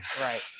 Right